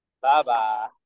Bye-bye